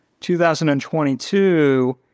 2022